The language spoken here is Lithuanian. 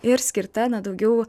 ir skirta na daugiau